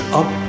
up